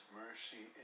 mercy